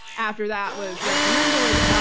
after that was reprimanded,